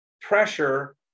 pressure